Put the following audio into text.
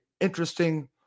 interesting